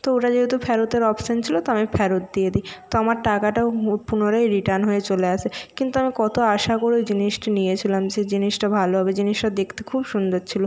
তো ওটা যেহেতু ফেরতের অপশন ছিলো তো আমি ফেরত দিয়ে দিই তো আমার টাকাটাও পুনরায় রিটার্ন হয়ে চলে আসে কিন্তু আমি কতো আশা করে ওই জিনিসটি নিয়েছিলাম যে জিনিসটা ভালো হবে জিনিসটা দেখতে খুব সুন্দর ছিলো